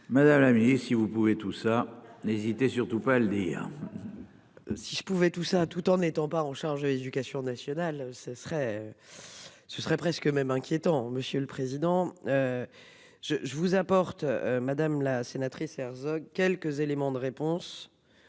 Madame, mais si vous pouvez tout ça. N'hésitez surtout pas le dire. Si je pouvais tout ça tout en n'étant pas en charge de l'éducation nationale, ce serait. Ce serait presque même inquiétant. Monsieur le Président. Je je vous apporte madame la sénatrice Herzog quelques éléments de réponse.